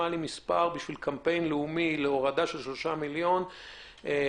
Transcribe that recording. חושבת שנכנסנו לסוגיה שאינה